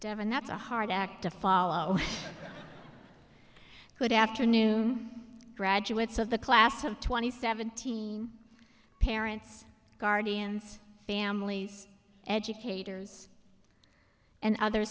devan that's a hard act to follow good afternoon graduates of the class of twenty seventeen parents guardians families educators and other